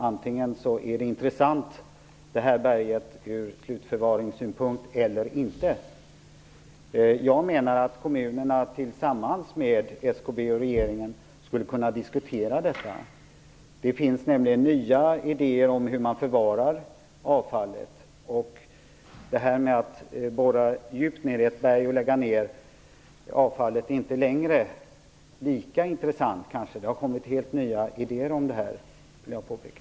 Antingen är det här berget intressant ur slutförvaringssynpunkt eller också är det inte det. Jag menar att kommunerna tillsammans med SKB och regeringen skulle kunna diskutera detta. Det finns nämligen nya idéer om hur man förvarar avfallet. Att borra djupt ned i ett berg och lägga ned avfallet är kanske inte längre lika intressant. Det har kommit nya idéer, vill jag påpeka.